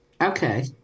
Okay